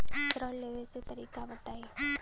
ऋण लेवे के तरीका बताई?